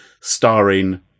starring